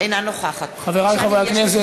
אינה נוכחת חברי חברי הכנסת,